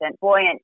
buoyant